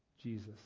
Jesus